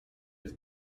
have